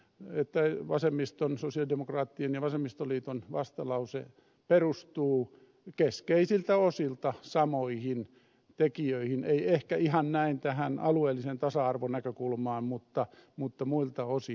ja ymmärsin että sosialidemokraattien ja vasemmistoliiton vastalause perustuu keskeisiltä osilta samoihin tekijöihin ei ehkä ihan näin tähän alueelliseen tasa arvonäkökulmaan mutta muilta osin